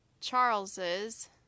Charles's